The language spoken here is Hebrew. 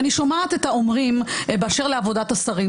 ואני שומעת את האומרים באשר לעבודת השרים,